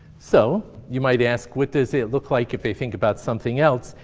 so you might ask, what does it look like if they think about something else?